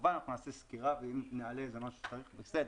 כמובן אנחנו נעשה סקירה ואם נעלה מה שצריך, בסדר.